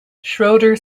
schroeder